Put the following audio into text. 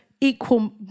equal